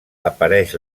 apareix